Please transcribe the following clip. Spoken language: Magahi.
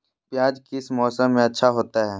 प्याज किस मौसम में अच्छा होता है?